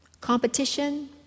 Competition